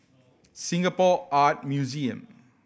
Singapore Art Museum